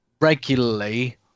regularly